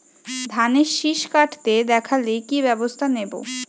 ধানের শিষ কাটতে দেখালে কি ব্যবস্থা নেব?